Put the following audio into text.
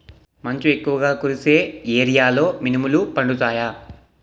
మంచు ఎక్కువుగా కురిసే ఏరియాలో మినుములు పండుతాయా?